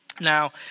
Now